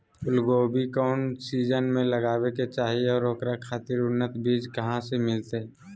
फूलगोभी कौन सीजन में लगावे के चाही और ओकरा खातिर उन्नत बिज कहा से मिलते?